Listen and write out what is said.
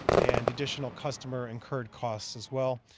and additional customer in cured costs as well.